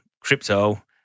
crypto